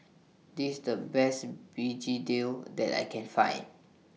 This The Best Begedil that I Can Find